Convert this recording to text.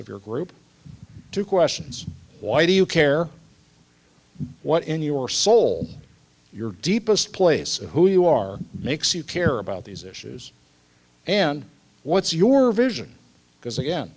of your group two questions why do you care what in your soul your deepest place who you are mix you care about these issues and what's your vision because again